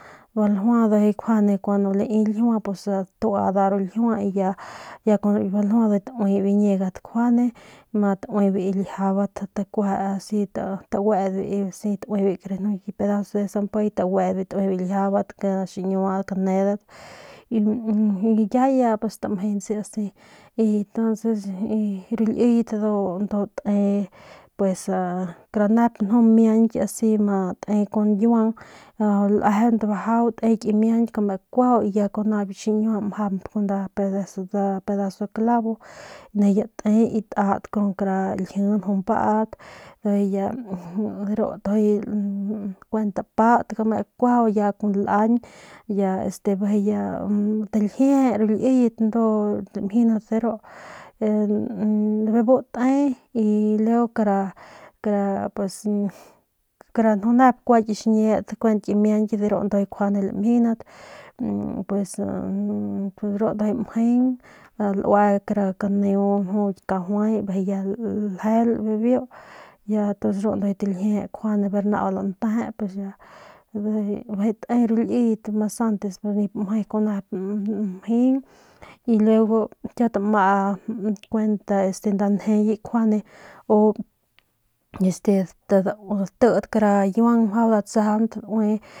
Ndujuy njuande kun lai ljiua pus nda tua ru ljiua y ya kun ru ki baljua ndujuy tauiye biñiegat njunde ma tauibe ljiabat taube taguedbe asi pedazo de sampjiy taguedbe ndujuy taube ljiabat xiñiua kanedat y ya ya tamjientse asi y tonces ru liyet ndu te ru nep pues nju miañk asi te kun kiuang lejeunt bajau te ki miañki kute kuaju y ya biu xiñiua mjamp kun nda pedazo pedazo de clavo nijiy ya te y tat kun nda lji mjau paut ru ndujuy kuent te paut kute kuajau ya ya kun lañ ya este bijiy ya taljieje ru liyet ndu lamjindat de ru bebu te y luego kara kara pus a kara nju nep kua ki xniet kuent ki miañk de ru ndujuy njuande lamjindat pues de ru ndujuy mjeng luee kara kampu nju ki kajuay y bijiy biu ljeul bibiu y ya pus bijiy taljieje ber nau nteje pus ya y bijiy te ru liyet mas antes que nip mje kun nep njing y luego kiau tamaa kuent nda njeye njuende u este tatit kara kiuang mjau datsajaunt.